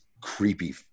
creepy